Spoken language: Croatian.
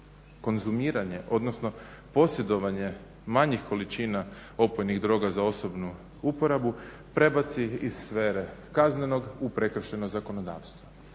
konzumiranje odnosno posredovanje manjih količina opojnih droga za osobnu uporabu prebaci iz sfere kaznenog u prekršajno zakonodavstvo.